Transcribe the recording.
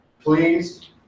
please